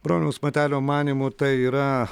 broniaus matelio manymu tai yra